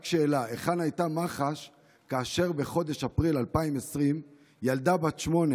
רק שאלה: היכן הייתה מח"ש כאשר בחודש אפריל 2020 ילדה בת שמונה